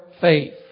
faith